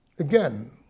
Again